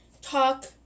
talk